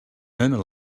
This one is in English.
murmur